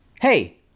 Hey